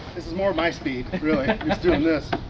this is more my speed really, just doing this